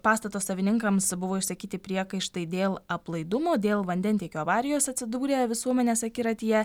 pastato savininkams buvo išsakyti priekaištai dėl aplaidumo dėl vandentiekio avarijos atsidūrė visuomenės akiratyje